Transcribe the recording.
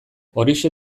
horixe